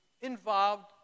involved